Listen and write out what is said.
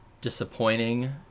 disappointing